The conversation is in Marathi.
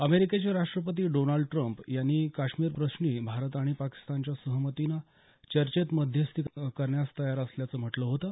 अमेरिकेचे राष्ट्रपती डोनाल्ड ट्रम्प यांनी काश्मीर प्रश्नी भारत आणि पाकिस्तानच्या सहमतीनं चर्चेत मध्यस्थी करण्यास तयार असल्याचं म्हटलं होतं